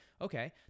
okay